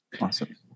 Awesome